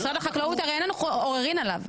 משרד החקלאות, הרי אין לנו עוררין עליו.